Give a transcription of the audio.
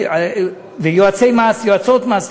יועצי מס ויועצות מס,